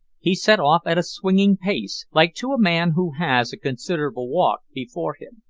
he set off at a swinging pace, like to a man who has a considerable walk before him.